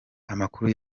amakuru